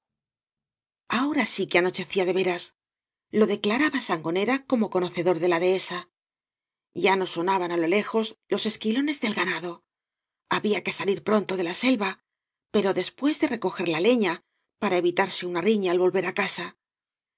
ahora sí que anochecía de veras lo declaraba sangonera como conocedor de la dehesa ya no sonaban á lo lejos los esquilones del ganado había que salir pronto de la selva pero después de recoger la leña para evitarse una riña al vol ver á casa